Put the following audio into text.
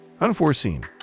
Unforeseen